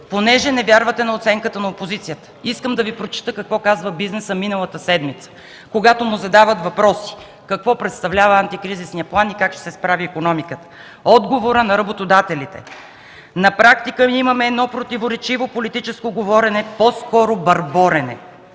Понеже не вярвате на оценката на опозицията, искам да Ви прочета какво казва бизнесът миналата седмица, когато му задават въпроси какво представлява антикризисният план и как ще се справи икономиката. Отговорът на работодателите: „На практика имаме едно противоречиво политическо говорене, по-скоро бърборене,